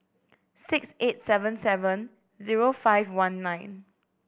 six eight seven seven zero five one nine